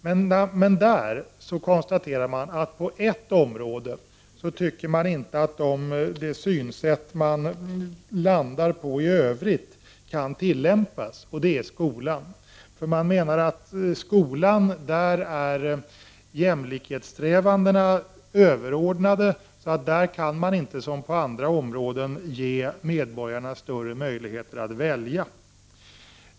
Men i det programmet tycker man att det finns ett område där det synsätt man landar på i övrigt inte kan tillämpas, och det är skolan. Man menar att i skolan är jämlikhetssträvandena överordnade, så där kan man inte som på andra områden ge medborgarna större möjligheter att välja.